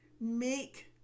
make